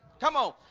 come on,